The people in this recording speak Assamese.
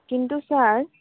কিন্তু ছাৰ